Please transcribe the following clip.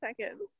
seconds